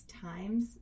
times